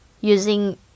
using